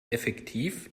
effektiv